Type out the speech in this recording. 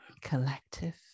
Collective